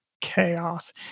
chaos